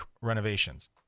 renovations